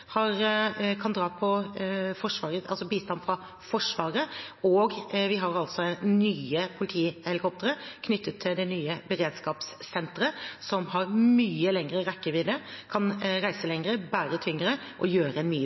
nye politihelikoptre knyttet til det nye beredskapssenteret som har mye lengre rekkevidde, kan reise mye lenger, bære tyngre og gjøre en mye